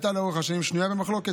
הייתה לאורך השנים שנויה במחלוקת,